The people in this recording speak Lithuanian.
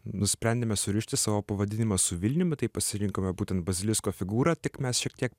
nusprendėme surišti savo pavadinimą su vilniumi tai pasirinkome būtent basilisko figūrą tik mes šiek tiek